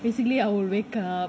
basically I will wake up